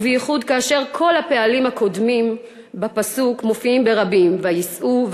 ובייחוד כאשר כל הפעלים הקודמים בפסוק מופיעים ברבים: "ויסעו",